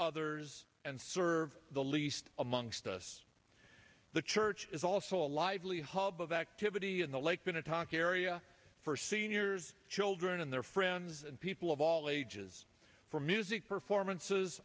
others and serve the least amongst us the church is also a lively hub of activity in the lake going to talk area for seniors children and their friends and people of all ages from music performances